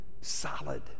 solid